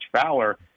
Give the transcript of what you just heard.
Fowler